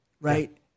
right